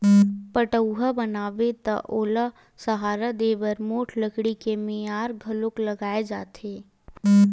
पठउहाँ बनाबे त ओला सहारा देय बर मोठ लकड़ी के मियार घलोक लगाए जाथे